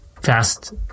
fast